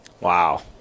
Wow